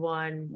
one